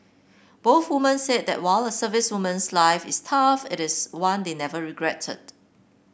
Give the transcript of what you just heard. both woman said that while a servicewoman's life is tough it is one they never regretted